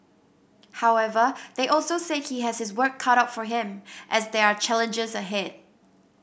however they also said he has his work cut out for him as there are challenges ahead